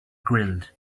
grilled